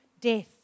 death